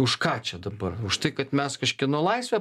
už ką čia dabar už tai kad mes kažkieno laisvę